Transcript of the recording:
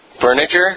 Furniture